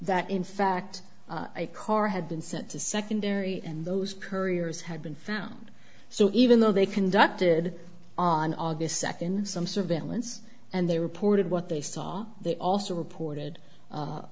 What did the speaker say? that in fact a car had been sent to secondary and those couriers had been found so even though they conducted on august second some surveillance and they reported what they saw they also reported